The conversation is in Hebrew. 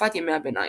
בתקופת ימי הביניים.